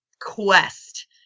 quest